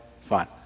fun